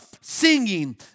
singing